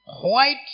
White